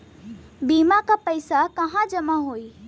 बीमा क पैसा कहाँ जमा होई?